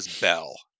bell